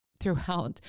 throughout